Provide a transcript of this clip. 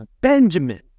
Benjamin